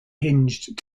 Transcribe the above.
hinged